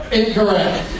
incorrect